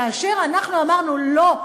כאשר אנחנו אמרנו: לא,